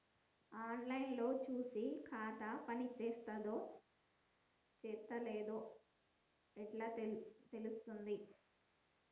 On line లో చూసి ఖాతా పనిచేత్తందో చేత్తలేదో ఎట్లా తెలుత్తది?